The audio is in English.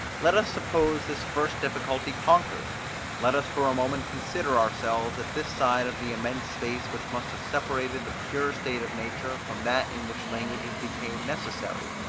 let us suppose this first difficulty conquered let us for a moment consider ourselves at this side of the immense space, which must have separated the pure state of nature from that in which languages became necessary,